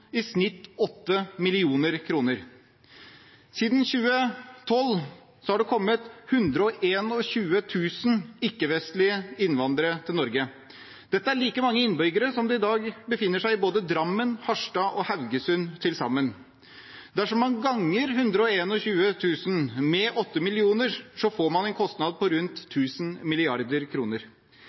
i snitt 8 mill. kr. Siden 2012 har det kommet 121 000 ikke-vestlige innvandrere til Norge. Dette er like mange innbyggere som det i dag befinner seg i Drammen, Harstad og Haugesund til sammen. Dersom man ganger 121 000 med 8 millioner, får man en kostnad på rundt